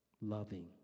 loving